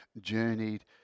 journeyed